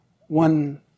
one